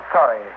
Sorry